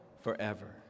forever